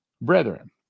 Brethren